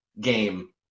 game